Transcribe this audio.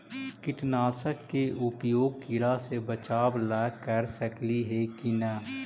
कीटनाशक के उपयोग किड़ा से बचाव ल कर सकली हे की न?